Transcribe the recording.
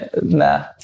nah